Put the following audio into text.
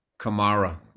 Kamara